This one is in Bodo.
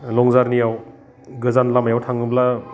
लं जार्नियाव गोजान लामायाव थाङोब्ला